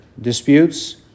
disputes